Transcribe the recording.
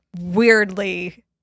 weirdly